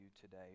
today